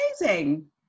amazing